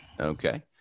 Okay